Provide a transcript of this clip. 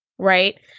Right